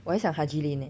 我还想 Haji lane eh